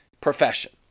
profession